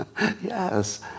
Yes